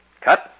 Cut